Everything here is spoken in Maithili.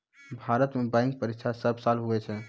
भारत मे बैंक परीक्षा सब साल हुवै छै